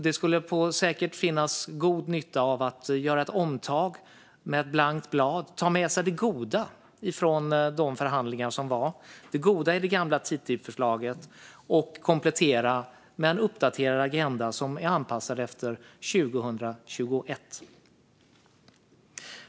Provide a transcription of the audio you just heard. Det skulle säkert finnas god nytta i att göra ett omtag med ett blankt blad, ta med sig det goda från det gamla TTIP-förslaget och förhandlingarna om det och komplettera med en uppdaterad agenda som är anpassad efter 2021.